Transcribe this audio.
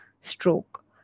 stroke